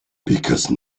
because